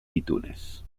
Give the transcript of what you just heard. itunes